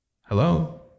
Hello